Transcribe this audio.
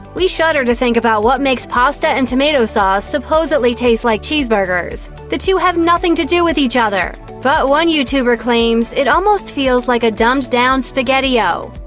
we shudder to think about what makes pasta and tomato sauce supposedly taste like cheeseburgers. the two have nothing to do with each other. but one youtuber claims it almost feels like a dumbed-down spaghettio.